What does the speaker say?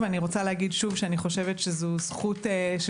אני רוצה להגיד שוב שאני חושבת שזו זכות של